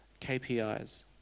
KPIs